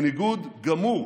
בניגוד גמור